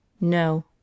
No